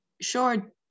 sure